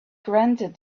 granted